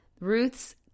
Ruth's